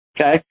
Okay